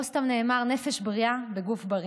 לא סתם נאמר "נפש בריאה בגוף בריא".